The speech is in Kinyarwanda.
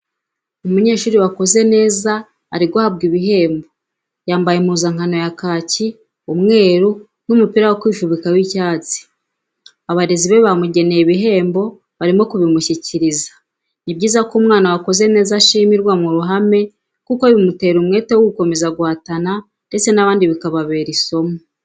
Umunyeshuri wakoze neza ari guhabwa ibihembo yambaye impuzankano ya kaki, umweru n'umupira wo kwifubika w'icyatsi, abarezi be bamugeneye ibihembo barimo kubimushyikiriza, ni byiza ko umwana wakoze neza ashimirwa mu ruhame kuko bimutera umwete wo gukomeza guhatana ndetse n'abandi bikababera isomo.